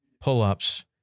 pull-ups